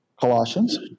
Colossians